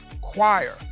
choir